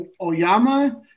Oyama